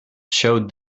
showed